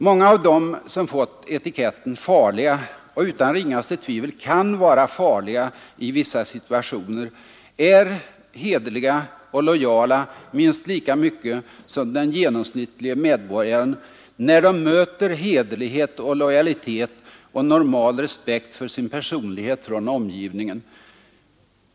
Många av dem som fått etiketten ”farliga” och utan ringaste tvivel kan vara farliga i vissa situationer är hederliga och lojala minst lika mycket som den genomsnittlige medborgaren, när de möter hederlighet och lojalitet och normal respekt för sin personlighet från omgivningen.